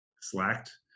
slacked